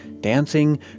dancing